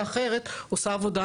המצנתר לא היה ואז לקחו אותו באמבולנס